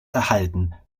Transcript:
erhalten